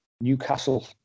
Newcastle